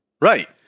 Right